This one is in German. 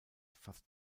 fast